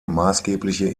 maßgebliche